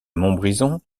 montbrison